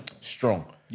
strong